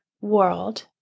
world